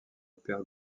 père